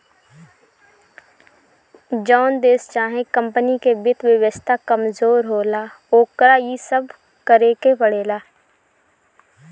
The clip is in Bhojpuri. जोन देश चाहे कमपनी के वित्त व्यवस्था कमजोर होला, ओकरा इ सब करेके पड़ेला